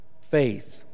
faith